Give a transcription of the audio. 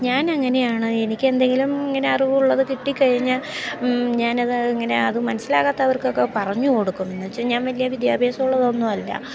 ഞാൻ അങ്ങനെയാണ് എനിക്ക് എന്തെങ്കിലും ഇങ്ങനെ അറിവുള്ളത് കിട്ടി കഴിഞ്ഞാൽ ഞാൻ അത് ഇങ്ങനെ അത് മനസ്സിലാകാത്തവർകൊക്കെ പറഞ്ഞു കൊടുക്കും എന്നു വച്ചാൽ ഞാൻ വലിയ വിദ്യാഭ്യാസമുള്ളതൊന്നുമല്ല